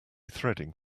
threading